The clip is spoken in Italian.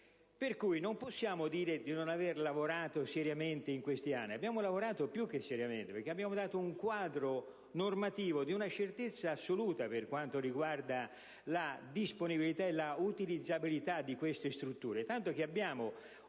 non possiamo dire di non aver lavorato seriamente in questi anni. Abbiamo lavorato più che seriamente perché abbiamo fornito un quadro normativo di una certezza assoluta per quanto riguarda la disponibilità e la utilizzabilità di queste strutture,